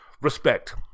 respect